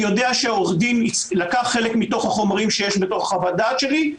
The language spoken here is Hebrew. יודע שעורך הדין לקח חלק מתוך החומרים שיש בתוך חוות הדעת שלי.